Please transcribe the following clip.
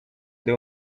deu